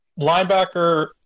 Linebacker